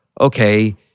okay